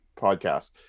podcast